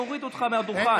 להוריד אותך מהדוכן.